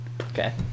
Okay